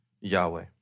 Yahweh